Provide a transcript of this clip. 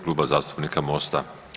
Kluba zastupnika Mosta.